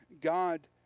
God